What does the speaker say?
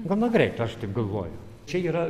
gana greit aš taip galvoju čia yra